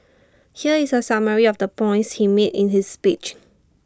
here is A summary of the points he made in his speech